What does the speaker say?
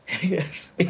Yes